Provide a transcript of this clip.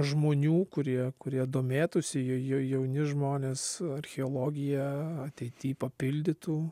žmonių kurie kurie domėtųsi jauni žmonės archeologiją ateity papildytų